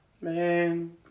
Man